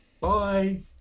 Bye